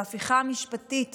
בהפיכה המשפטית